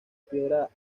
piedra